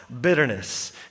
bitterness